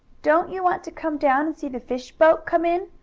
don't you want to come down and see the fish boat come in?